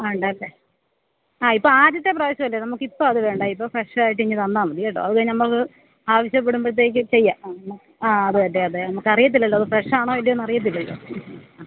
ആ ഉണ്ടല്ലെ ആ ഇപ്പം ആദ്യത്തെ പ്രാവശ്യമല്ലെ നമുക്കിപ്പം അത് വേണ്ട ഇപ്പം ഫ്രെഷായിട്ട് ഇങ്ങ് തന്നാല് മതി കേട്ടോ അതുകഴിഞ്ഞ് നമുക്ക് ആവശ്യപ്പെടുമ്പോഴത്തേക്ക് ചെയ്യാം ആ അത് തന്നെ അതെ നമുക്കറിയത്തില്ലല്ലോ അത് ഫ്രെഷാണോ അല്ലയോയെന്ന് അറിയത്തില്ലല്ലോ ആ